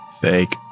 Fake